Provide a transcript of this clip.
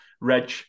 Reg